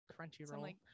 Crunchyroll